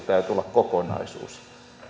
kokonaisuus